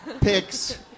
picks